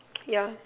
yeah